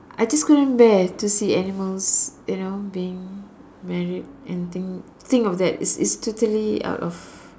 I just couldn't bare to see animals you know being married and think think of that it's it's totally out of